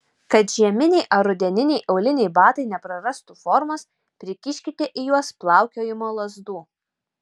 kad žieminiai ar rudeniniai auliniai batai neprarastų formos prikiškite į juos plaukiojimo lazdų